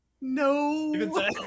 No